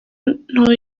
nto